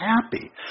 happy